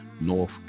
North